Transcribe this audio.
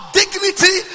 dignity